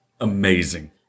amazing